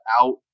out